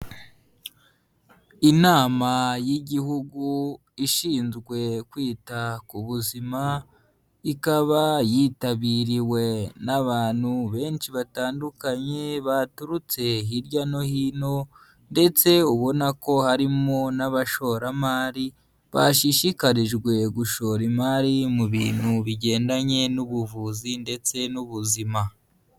Inama y'igihugu ishinzwe kwita ku buzima, ikaba yitabiriwe n'abantu benshi batandukanye, baturutse hirya no hino ndetse ubona ko harimo n'abashoramari, bashishikarijwe gushora imari mu bintu bigendanye n'ubuvuzi ndetse n'ubuzima.